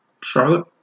Charlotte